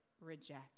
reject